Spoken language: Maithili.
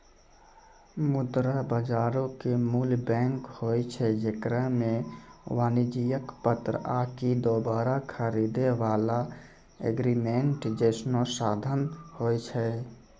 मुद्रा बजारो के मूल बैंक होय छै जेकरा मे वाणिज्यक पत्र आकि दोबारा खरीदै बाला एग्रीमेंट जैसनो साधन होय छै